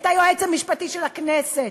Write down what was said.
את היועץ המשפטי של הכנסת,